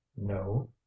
No